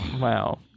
Wow